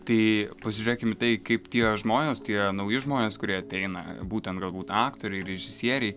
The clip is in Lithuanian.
taai pažiūrėkim į tai kaip tie žmonės tie nauji žmonės kurie ateina būtent galbūt aktoriai režisieriai